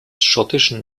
schottischen